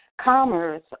commerce